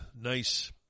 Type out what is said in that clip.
nice